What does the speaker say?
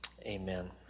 Amen